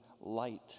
light